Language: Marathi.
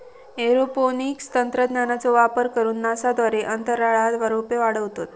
एरोपोनिक्स तंत्रज्ञानाचो वापर करून नासा द्वारे अंतराळात रोपे वाढवतत